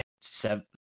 seven